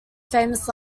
famous